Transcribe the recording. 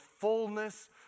fullness